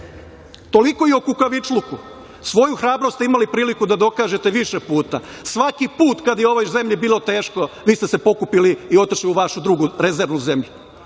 pričao. Toliko i o kukavičluku. Svoju hrabrost ste imali priliku da dokažete više puta. Svaki put kada je ovoj zemlji bilo teško, vi ste se pokupili i otišli u vašu drugu, rezervnu zemlju,